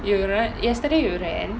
you ran yesterday you ran